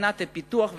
מבחינת פיתוח ותעסוקה.